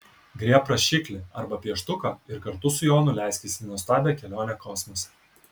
griebk rašiklį arba pieštuką ir kartu su jonu leiskis į nuostabią kelionę kosmose